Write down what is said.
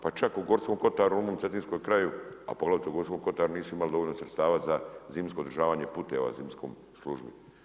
Pa čak u Gorskom kotaru u mom cetinskom kraju, a poglavito u Gorskom kotaru nisu imali dovoljno sredstava za zimsko održavanje puteva zimskoj službi.